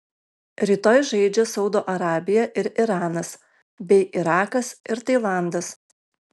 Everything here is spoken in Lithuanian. rytoj žaidžia saudo arabija ir iranas bei irakas ir tailandas